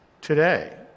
today